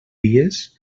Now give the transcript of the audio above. dies